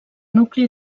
nucli